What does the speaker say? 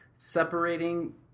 separating